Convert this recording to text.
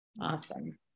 Awesome